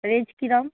range কীরকম